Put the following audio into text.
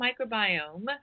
microbiome